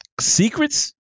secrets